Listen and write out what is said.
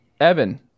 Evan